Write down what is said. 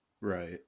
Right